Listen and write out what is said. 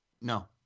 No